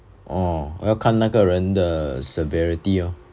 ah 要看那个人的 severity or